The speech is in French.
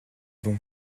bon